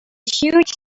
huge